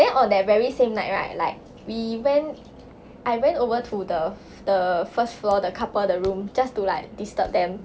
then on that very same night right like we went I went over to the the first floor the couple the room just to like disturb them